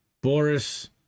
Boris